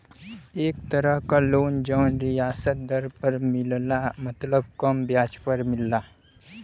एक तरह क लोन जौन रियायत दर पर मिलला मतलब कम ब्याज पर मिलला